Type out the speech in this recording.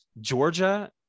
Georgia